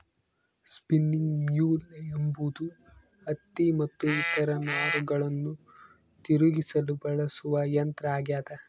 spinning mule ಎಂಬುದು ಹತ್ತಿ ಮತ್ತು ಇತರ ನಾರುಗಳನ್ನು ತಿರುಗಿಸಲು ಬಳಸುವ ಯಂತ್ರ ಆಗ್ಯದ